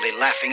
laughing